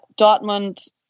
Dortmund